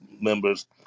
members